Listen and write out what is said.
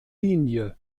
linie